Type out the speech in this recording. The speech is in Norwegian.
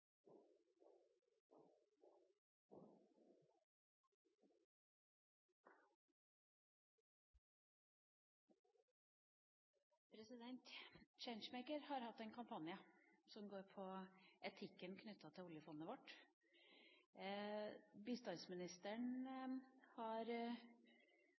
utvikling. Changemaker har hatt en kampanje som går på etikken knyttet til oljefondet vårt.